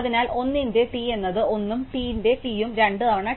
അതിനാൽ 1 ന്റെ T എന്നത് 1 ഉം T ന്റെ T ഉം 2 തവണ T n ഉം 2 n ഉം ആണ്